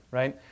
right